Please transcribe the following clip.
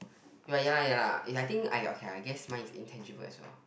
but ya lah ya lah if I think okay lah I guess mine is intangible as well